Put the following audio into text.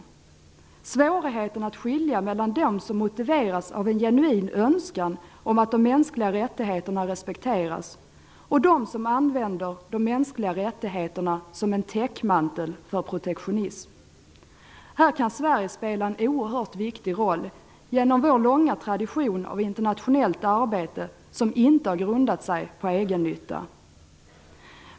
Det är svårigheten att skilja mellan dem som motiveras av en genuin önskan om att de mänskliga rättigheterna respekteras och dem som använder de mänskliga rättigheterna som en täckmantel för protektionism. Här kan Sverige spela en oerhört viktig roll, genom vår långa tradition av internationellt arbete som inte har grundat sig på egennytta.